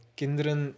kinderen